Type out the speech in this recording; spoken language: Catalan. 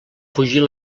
fugir